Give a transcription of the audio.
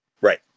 Right